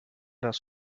das